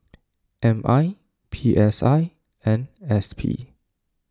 M I P S I and S P